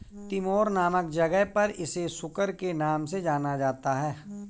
Timor नामक जगह पर इसे सुकर के नाम से जाना जाता है